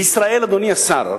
בישראל, אדוני השר,